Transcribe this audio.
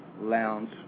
lounge